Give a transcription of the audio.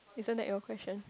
isn't that your question